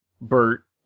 Bert